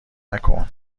نکن